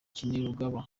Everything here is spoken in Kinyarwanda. kainerugaba